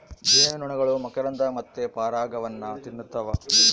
ಜೇನುನೊಣಗಳು ಮಕರಂದ ಮತ್ತೆ ಪರಾಗವನ್ನ ತಿನ್ನುತ್ತವ